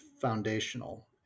foundational